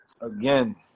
again